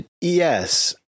Yes